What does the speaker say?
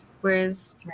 Whereas